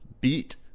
beat